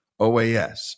OAS